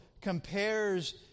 compares